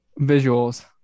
visuals